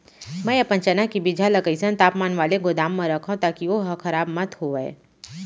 मैं अपन चना के बीजहा ल कइसन तापमान वाले गोदाम म रखव ताकि ओहा खराब मत होवय?